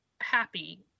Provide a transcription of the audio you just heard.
happy